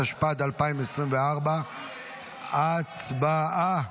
התשפ"ד 2024. הצבעה.